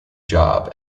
job